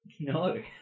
No